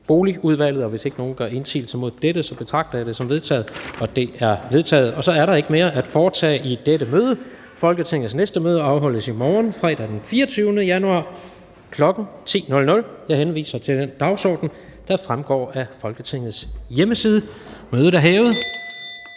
er vedtaget. --- Kl. 14:24 Meddelelser fra formanden Tredje næstformand (Jens Rohde): Så er der ikke mere at foretage i dette møde. Folketingets næste møde afholdes i morgen, fredag den 24. januar 2020, kl. 10.00. Jeg henviser til den dagsorden, der fremgår af Folketingets hjemmeside. Mødet er hævet.